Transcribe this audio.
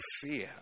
fear